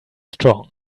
strong